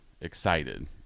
excited